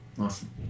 Awesome